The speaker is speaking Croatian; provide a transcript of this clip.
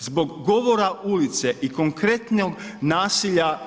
Zbog govora ulice i konkretnog nasilja